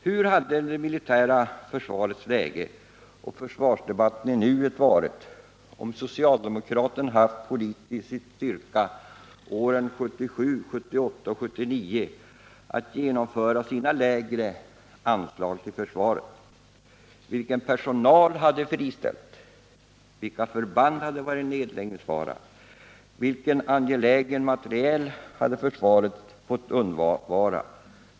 Hur hade det militära försvarets läge och försvarsdebatten i nuet varit, om socialde mokraterna åren 1977, 1978 och 1979 haft politisk styrka att genomföra sina förslag om lägre anslag till försvaret? Vilken personal hade friställts, vilka förband hade varit i nedläggningsfara, vilken angelägen materiel hade försvaret fått undvara?